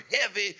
heavy